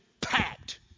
packed